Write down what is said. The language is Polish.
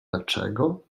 dlaczego